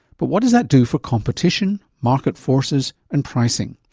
but what does that do for competition, market forces and pricing?